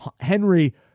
Henry